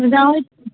ꯑꯣꯖꯥ ꯍꯣꯏ